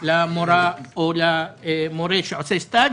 למורים שעושים סטז'